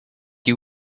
you